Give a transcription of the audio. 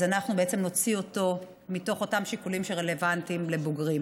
אז אנחנו בעצם נוציא אותו מתוך אותם שיקולים שרלוונטיים לבוגרים.